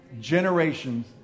generations